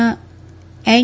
ના એન